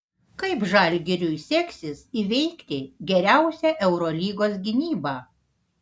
kaip žalgiriui seksis įveikti geriausią eurolygos gynybą